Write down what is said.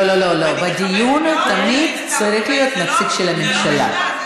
לא, לא, בדיון תמיד צריך להיות נציג של הממשלה.